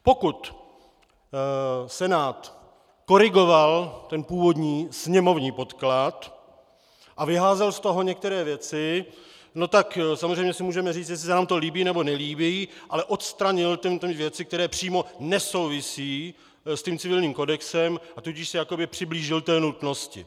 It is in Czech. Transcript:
Pokud Senát korigoval původní sněmovní podklad a vyházel z toho některé věci, tak samozřejmě si můžeme říct, jestli se nám to líbí, nebo nelíbí, ale odstranil věci, které přímo nesouvisí s tím civilním kodexem, a tudíž se jakoby přiblížil té nutnosti.